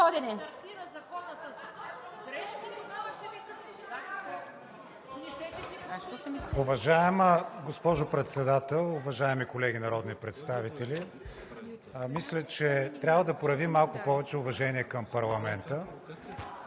Уважаема госпожо Председател, уважаеми колеги народни представители! Мисля, че трябва да проявим малко повече уважение към парламента,